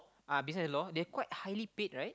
uh business and law they're quite highly paid right